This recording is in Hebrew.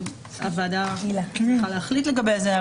הוועדה צריכה להחליט לגבי זה,